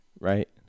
right